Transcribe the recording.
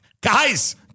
Guys